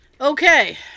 Okay